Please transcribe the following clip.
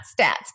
stats